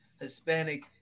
Hispanic